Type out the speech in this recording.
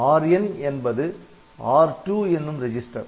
Rn என்பது R2 என்னும் register